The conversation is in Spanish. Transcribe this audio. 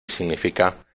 significa